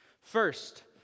First